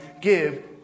give